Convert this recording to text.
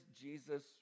Jesus